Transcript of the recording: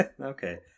Okay